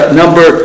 number